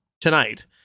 tonight